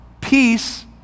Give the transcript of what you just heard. peace